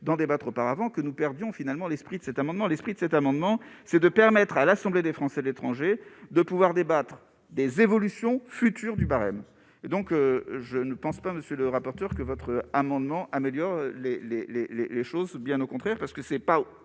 d'en débattre, auparavant, que nous perdions finalement les. Prix de cet amendement, l'esprit de cet amendement, c'est de permettre à l'Assemblée des Français de l'étranger, de pouvoir débattre des évolutions futures du barème et donc je ne pense pas, monsieur le rapporteur, que votre amendement améliore les, les, les, les, les choses bien au contraire, parce que ce n'est pas